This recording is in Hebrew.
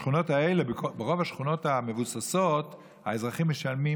ברוב השכונות המבוססות האזרחים משלמים